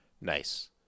Nice